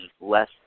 less